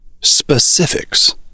Specifics